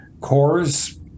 cores